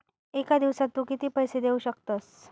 एका दिवसात तू किती पैसे देऊ शकतस?